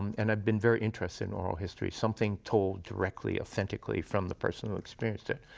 and i've been very interested in oral histories, something told directly, authentically from the person who experienced it.